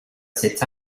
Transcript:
cet